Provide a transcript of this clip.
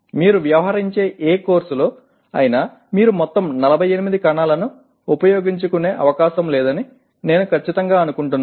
మీరు వ్యవహరించే ఏ కోర్సులో అయినా మీరు మొత్తం 48 కణాలను ఉపయోగించుకునే అవకాశం లేదని నేను ఖచ్చితంగా అనుకుంటున్నాను